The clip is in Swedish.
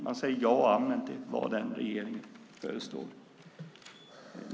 Man säger ja och amen till vad regeringen än föreslår.